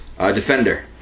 Defender